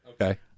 Okay